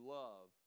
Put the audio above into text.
love